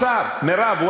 מה זה ניגוד אינטרסים?